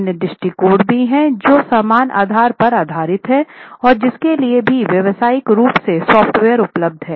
अन्य दृष्टिकोण भी हैं जो समान आधार पर आधारित हैं और इसके लिए भी व्यावसायिक रूप से सॉफ्टवेयर उपलब्ध है